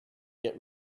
get